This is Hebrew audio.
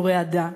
ורעדה,